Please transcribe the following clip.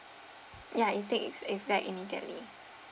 ya it take effect immediately